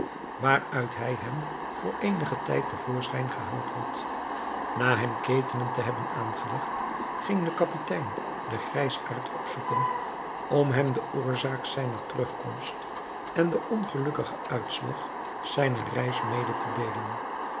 waaruit hij hem voor eenigen tijd te voorschijn gehaald had na hem ketenen te hebben aangelegd ging de kapitein den grijsaard opzoeken om hem de oorzaak zijner terugkomst en den ongelukkigen uitslag zijner reis mede te deelen